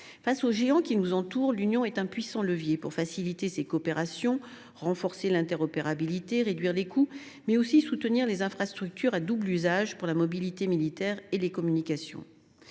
Face aux géants qui nous entourent, l’Union est un puissant levier pour faciliter les coopérations, renforcer l’interopérabilité, réduire les coûts, mais aussi soutenir les infrastructures à double usage pour la mobilité militaire et les communications.